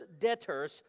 debtors